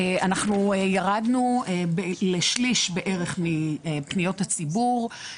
אנחנו ירדנו לשליש בערך מפניות הציבור,